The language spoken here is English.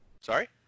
sorry